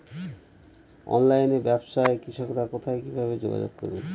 অনলাইনে ব্যবসায় কৃষকরা কোথায় কিভাবে যোগাযোগ করবে?